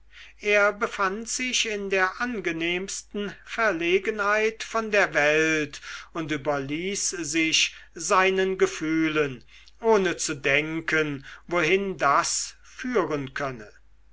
er befand sich in der angenehmsten verlegenheit von der welt und überließ sich seinen gefühlen ohne zu denken wohin das führen könne